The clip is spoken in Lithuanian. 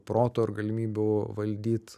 proto ir galimybių valdyt